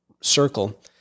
circle